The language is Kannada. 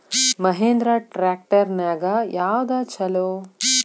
ಮಹೇಂದ್ರಾ ಟ್ರ್ಯಾಕ್ಟರ್ ನ್ಯಾಗ ಯಾವ್ದ ಛಲೋ?